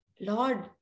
Lord